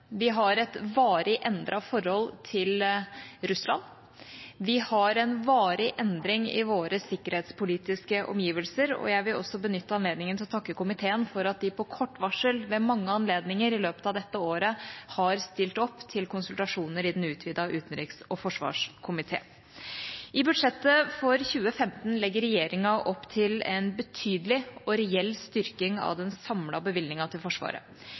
Vi har et varig endret forhold til Russland. Vi har en varig endring i våre sikkerhetspolitiske omgivelser, og jeg vil også benytte anledningen til å takke komiteen for at de på kort varsel ved mange anledninger i løpet av dette året har stilt opp til konsultasjoner i den utvidede utenriks- og forsvarskomité. I budsjettet for 2015 legger regjeringa opp til en betydelig og reell styrking av den samlede bevilgningen til Forsvaret.